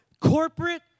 corporate